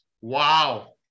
Wow